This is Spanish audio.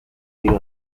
tiros